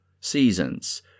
seasons